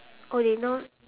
oh they now